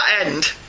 end